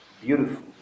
beautiful